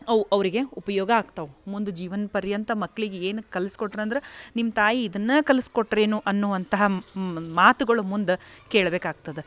ಅವು ಅವರಿಗೆ ಉಪಯೋಗ ಆಗ್ತವು ಮುಂದೆ ಜೀವನಪರ್ಯಂತ ಮಕ್ಳಿಗೆ ಏನು ಕಲ್ಸ್ಕೊಟ್ರು ಅಂದ್ರೆ ನಿಮ್ಮ ತಾಯಿ ಇದನ್ನ ಕಲ್ಸಿ ಕೊಟ್ರು ಏನು ಅನ್ನುವಂತಹ ಮಾತುಗಳು ಮುಂದ ಕೇಳ್ಬೆಕು ಆಗ್ತದ